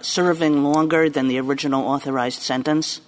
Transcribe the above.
serving longer than the original authorized sentence